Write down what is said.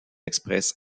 express